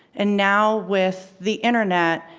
and now with the internet,